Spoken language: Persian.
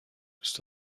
دوست